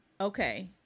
Okay